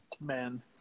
man